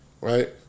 right